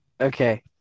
Okay